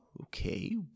okay